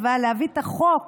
אבל להביא את החוק